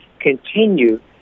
continue